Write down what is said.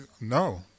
No